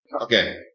Okay